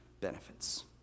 Benefits